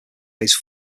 raise